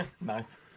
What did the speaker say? nice